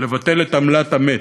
לבטל את עמלת המת.